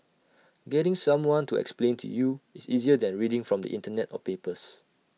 getting someone to explain to you is easier than reading from the Internet or papers